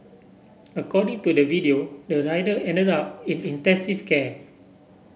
according to the video the rider ended up in intensive care